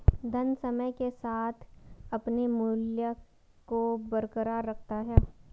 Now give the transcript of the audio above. धन समय के साथ अपने मूल्य को बरकरार रखता है